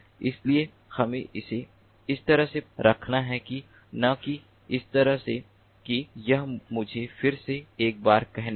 इसलिए हमें इसे इस तरह से रखना है न कि इस तरह से कि यह मुझे फिर से एक बार करने दे